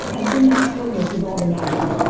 and in that slightness is all the magic.